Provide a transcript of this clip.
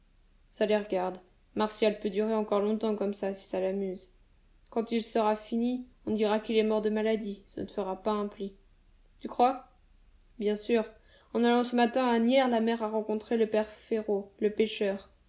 ça les regarde martial peut durer encore longtemps comme ça si ça l'amuse quand il sera fini on dira qu'il est mort de maladie ça ne fera pas un pli tu crois bien sûr en allant ce matin à asnières la mère a rencontré le père férot le pêcheur